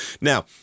Now